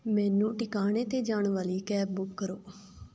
ਮੈਨੂੰ ਟਿਕਾਣੇ 'ਤੇ ਜਾਣ ਵਾਲੀ ਕੈਬ ਬੁੱਕ ਕਰੋ